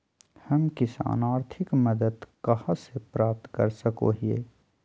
हम किसान आर्थिक मदत कहा से प्राप्त कर सको हियय?